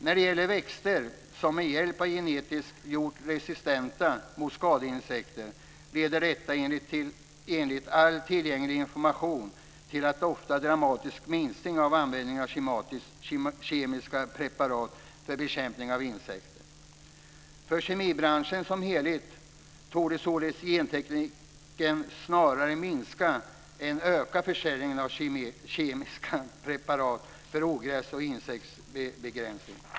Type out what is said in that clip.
När det gäller växter som med hjälp av genteknik gjorts resistenta mot skadeinsekter leder detta enligt all tillgänglig information till en ofta dramatisk minskning av användningen av kemiska preparat för bekämpning av insekter. För kemibranschen som helhet torde således gentekniken snarare minska än öka försäljningen av kemiska preparat för ogräs eller insektsbekämpning.